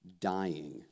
dying